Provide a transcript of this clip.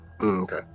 Okay